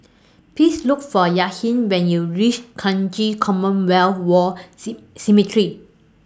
Please Look For Yahir when YOU REACH Kranji Commonwealth War C Cemetery